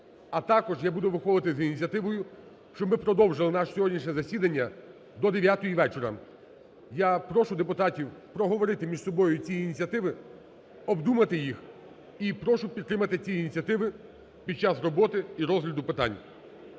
а також я буду виходити з ініціативою, щоб ми продовжили наше сьогоднішнє засідання до 9-ї вечора. Я прошу депутатів проговорити між собою ці ініціативи, обдумати їх і прошу підтримати ці ініціативи під час роботи і розгляду питань.